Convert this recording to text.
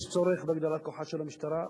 יש צורך בהגדלת כוחה של המשטרה?